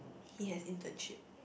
he has internship